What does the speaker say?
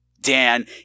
Dan